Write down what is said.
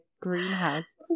greenhouse